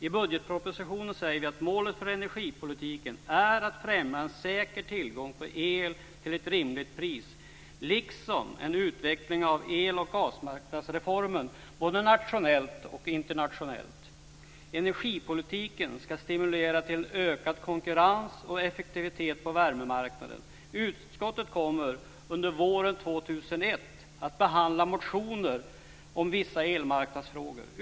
I budgetpropositionen säger vi att målet för energimarknadspolitiken är att främja en säker tillgång på el till ett rimligt pris, liksom en utveckling av el och gasmarknadsreformen både nationellt och internationellt. Energimarknadspolitiken ska stimulera till en ökad konkurrens och effektivitet på värmemarknaden. Utskottet kommer under våren 2001 att behandla motioner om vissa elmarknadsfrågor.